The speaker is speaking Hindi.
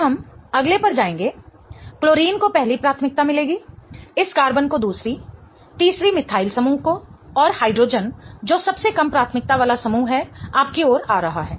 जब हम अगले पर जाएंगे क्लोरीन को पहली प्राथमिकता मिलेगी इस कार्बन को दूसरी तीसरी मिथाइल समूह को और हाइड्रोजन जो सबसे कम प्राथमिकता वाला समूह है आपकी ओर आ रहा है